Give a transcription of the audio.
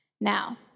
Now